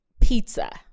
pizza